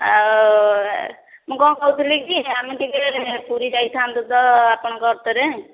ଆଉ ମୁଁ କଣ କହୁଥିଲି କି ଆମେ ଟିକେ ପୁରୀ ଯାଇଥାଆନ୍ତୁ ତ ଆପଣଙ୍କ ଅଟୋରେ